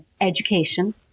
education